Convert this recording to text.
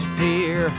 fear